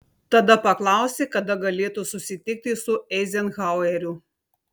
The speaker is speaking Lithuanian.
tada paklausė kada galėtų susitikti su eizenhaueriu